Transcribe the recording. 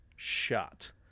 shot